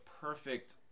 perfect